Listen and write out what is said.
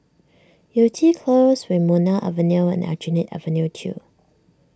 Yew Tee Close Wilmonar Avenue and Aljunied Avenue two